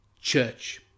church